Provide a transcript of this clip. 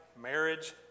marriage